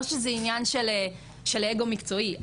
אני לא חושבת שזה עניין של אגו מקצועי.